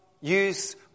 use